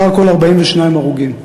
סך הכול 42 הרוגים,